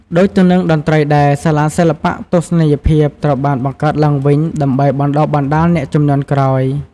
ដូចទៅនឹងតន្ត្រីដែរ សាលាសិល្បៈទស្សនីយភាពត្រូវបានបង្កើតឡើងវិញដើម្បីបណ្តុះបណ្តាលអ្នកជំនាន់ក្រោយ។